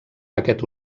aquest